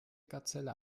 gazelle